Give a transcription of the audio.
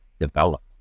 develop